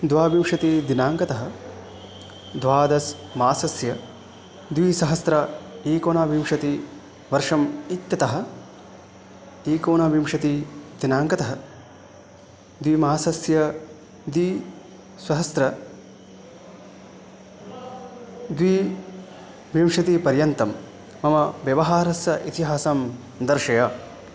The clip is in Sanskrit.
द्वाविंशतीदिनाङ्कतः द्वादशमासस्य द्विसहस्रम् एकोनविंशतिवर्षम् इत्यतः एकोनविंशतिदिनाङ्कतः द्विमासस्य द्वीस्वहस्रं द्वाविंशतिपर्यन्तं मम व्यवहारस्य इतिहासं दर्शय